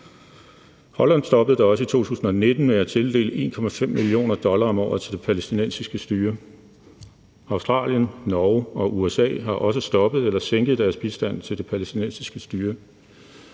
Holland stoppede da også i 2019 med at tildele 1,5 mio. dollar om året til det palæstinensiske styre. Australien, Norge og USA har også stoppet eller sænket deres bistand til det palæstinensiske styre.